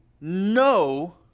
no